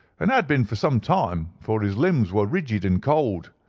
and had been for some time, for his limbs were rigid and cold.